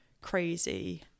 crazy